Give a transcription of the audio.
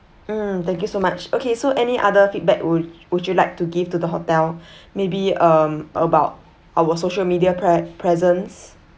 mm thank you so much okay so any other feedback would would you like to give to the hotel maybe um about our social media pre~ presence